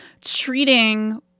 treating